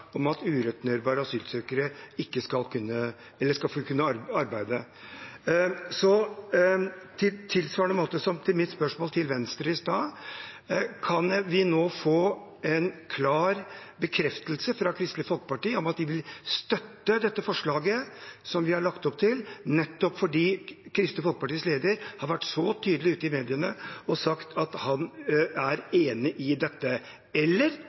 om at ureturnerbare asylsøkere skal få kunne arbeide! På tilsvarende måte som i mitt spørsmål til Venstre i stad: Kan vi nå få en klar bekreftelse fra Kristelig Folkeparti om at de vil støtte det forslaget vi har lagt opp til, nettopp fordi Kristelig Folkepartis leder har vært så tydelig ute i mediene og sagt at han er enig i dette? Eller